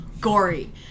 gory